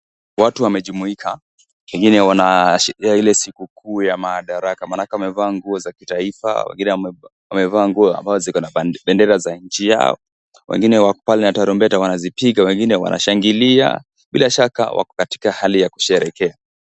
Watu wamejumuika pengine wanaashiria ile siku kuu ya Madaraka maanake wamevaa nguo za kitaifa, wengine wamevaa nguo ambazo ziko na bendera za nchi yao, wengine wako pale na tarumbeta wanazipiga, wengine wanashangilia, bila shaka wako katika hali ya kusherehekea.